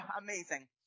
Amazing